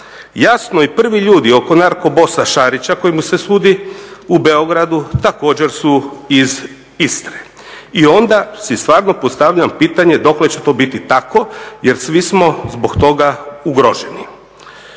Jasno i prvi ljudi oko narko bossa Šarića kojemu se sudi u Beogradu također su iz Istre. I onda si stvarno postavljam pitanje dokle će to biti tako, jer svi smo zbog toga ugroženi.